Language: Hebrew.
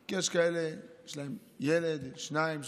כי יש כאלה שיש להם ילד,